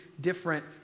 different